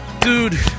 Dude